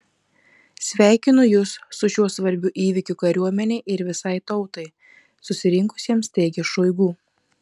sveikinu jus su šiuo svarbiu įvykiu kariuomenei ir visai tautai susirinkusiems teigė šoigu